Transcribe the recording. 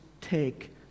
take